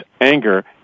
anger